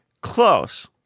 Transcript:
Close